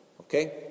okay